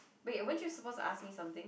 wait weren't you supposed to ask me something